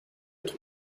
être